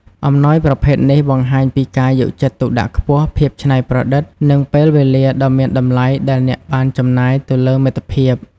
អំណោយប្រភេទនេះបង្ហាញពីការយកចិត្តទុកដាក់ខ្ពស់ ភាពច្នៃប្រឌិត និងពេលវេលាដ៏មានតម្លៃដែលអ្នកបានចំណាយទៅលើមិត្តភាព។